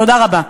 תודה רבה.